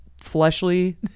fleshly